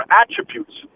attributes